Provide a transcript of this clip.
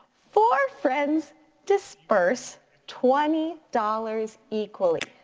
four friends disperse twenty dollars equally.